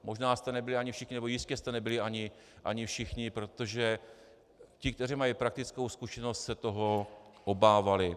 Možná jste nebyli ani všichni, nebo jistě jste nebyli ani všichni, protože ti, kteří mají praktickou zkušenost, se toho obávali.